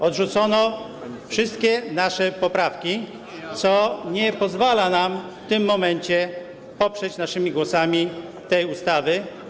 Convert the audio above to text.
Odrzucono wszystkie nasze poprawki, co nie pozwala nam w tym momencie poprzeć naszymi głosami tej ustawy.